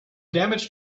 damage